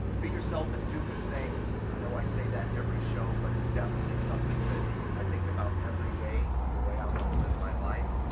be yourself and do good things. i know i say that every show. but it's definitely something that i think about everyday the way i want to live my life.